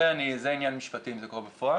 זה עניין משפטי אם זה קורה בפועל.